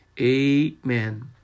Amen